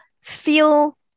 feel